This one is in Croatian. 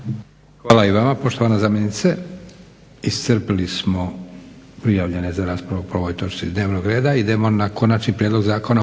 Hvala i vama poštovana zamjenice. Iscrpili smo prijavljene za raspravu po ovoj točci dnevnog reda. **Leko, Josip (SDP)** Prijedlog Zakona